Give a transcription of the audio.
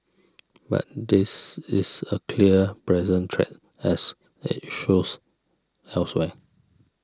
but this is a clear present threat as it shows elsewhere